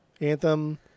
Anthem